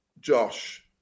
Josh